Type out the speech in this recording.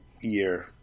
year